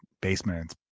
basement